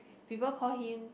people call him